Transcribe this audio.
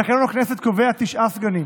תקנון הכנסת קובע תשעה סגנים.